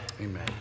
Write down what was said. Amen